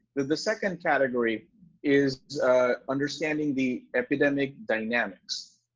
the the second category is understanding the epidemic dynamics,